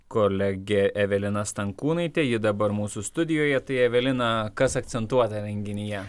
kolegė evelina stankūnaitė ji dabar mūsų studijoje tai evelina kas akcentuota renginyje